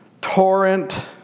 torrent